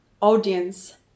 audience